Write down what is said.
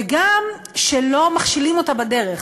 וגם שלא מכשילים אותה בדרך,